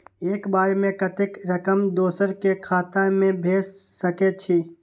एक बार में कतेक रकम दोसर के खाता में भेज सकेछी?